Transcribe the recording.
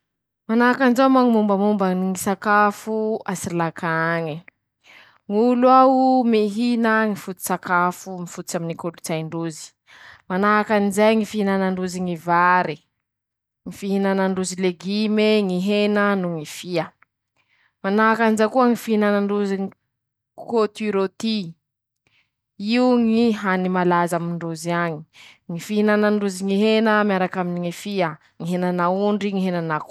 Manahakanjao moa Ñy mombamomba ñy sakafo a Sirlaka añy: ñ'olo ao mihina ñy fototsakafo mifototsy aminy ñy kolotsay ndrozy, manahakanjay ñy fihinanandrozy ñy vary, ñy fihinanandrozy legime, hena noho ñy fia, manahakanjao koa ñy fihinanandrozy kôtiraty, io ñy hany malaza amindrozy añy, ñy fihinanandrozy ñy hena miaraky aminy ñy fia, ñy henan'aondry.